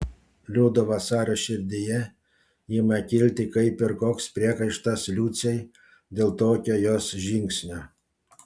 liudo vasario širdyje ima kilti kaip ir koks priekaištas liucei dėl tokio jos žingsnio